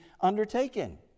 undertaken